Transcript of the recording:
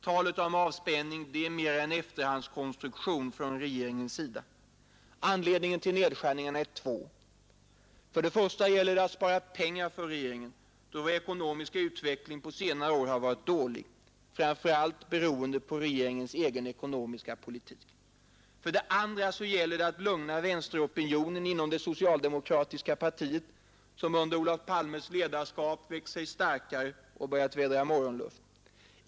Talet om avspänning är mera en efterhandskonstruktion från regeringens sida. Anledningen till nedskärningarna är två. För det första gäller det att spara pengar då vår ekonomiska utveckling på senare år har varit dålig — framför allt beroende på regeringens egen ekonomiska politik. För det andra gäller det att lugna vänsteropinionen inom det socialdemokratiska partiet som under Olof Palmes ledarskap växt sig starkare och börjat vädra morgonluft.